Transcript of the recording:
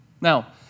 Now